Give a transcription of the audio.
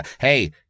Hey